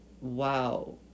Wow